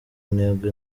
ntego